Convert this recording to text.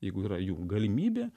jeigu yra jų galimybė